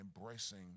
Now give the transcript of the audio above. embracing